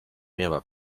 miała